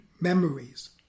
memories